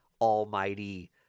almighty